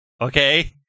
Okay